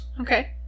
okay